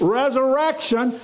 resurrection